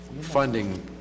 funding